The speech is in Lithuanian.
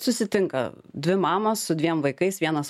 susitinka dvi mamos su dviem vaikais vienas